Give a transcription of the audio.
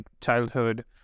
childhood